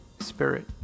spirit